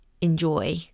enjoy